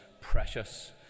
precious